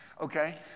okay